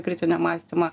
kritinio mąstymo